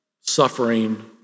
suffering